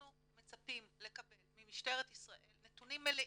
אנחנו מצפים לקבל ממשטרת ישראל נתונים מלאים,